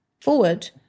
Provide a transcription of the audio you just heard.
forward